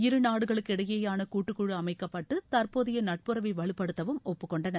இருநாடுகளுக்கு இடையேயான கூட்டுக்குழு அமைக்கப்பட்டு தற்போதைய நட்புறவை வலுப்படுத்தவும் ஒப்புக்கொண்டனர்